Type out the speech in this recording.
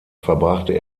verbrachte